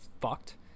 fucked